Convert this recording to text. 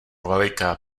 veliká